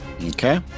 Okay